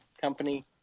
company